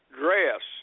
dress